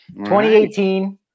2018